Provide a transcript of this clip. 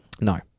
No